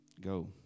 go